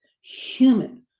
human